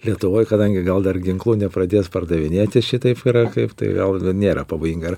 lietuvoj kadangi gal dar ginklų nepradės pardavinėti šitaip yra kaip tai gal nėra pavojinga